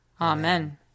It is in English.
Amen